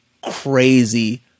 crazy